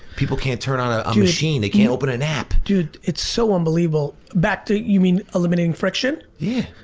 people can't turn on a um machine. they can't open an app. dude, it's so unbelievable back to, you mean eliminating friction? yeah.